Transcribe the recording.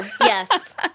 Yes